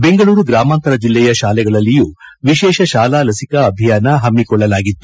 ಬೆಂಗಳೂರು ಗ್ರಾಮಾಂತರ ಜಿಲ್ಲೆಯ ಶಾಲೆಗಳಲ್ಲಿಯೂ ವಿಶೇಷ ಶಾಲಾ ಲಸಿಕಾ ಅಭಿಯಾನ ಪಮ್ಮಿಕೊಳ್ಳಲಾಗಿತ್ತು